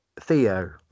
theo